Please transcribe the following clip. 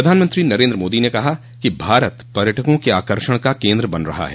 प्रधानमंत्री नरेन्द्र मोदी ने कहा कि भारत पर्यटकों के आकर्षण का केन्द्र बन रहा ह